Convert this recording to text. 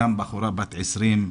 גם בחורה בת 20,